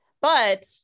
But-